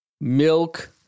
milk